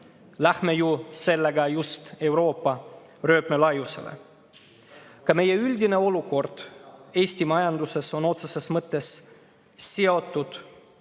läheme ju sellega üle just Euroopa rööpmelaiusele. Ka meie üldine olukord Eesti majanduses on otseses mõttes seotud